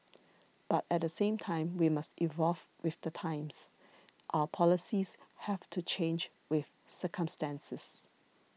but at the same time we must evolve with the times our policies have to change with circumstances